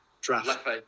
draft